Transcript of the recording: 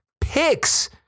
picks